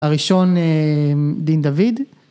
הראשון דין דוד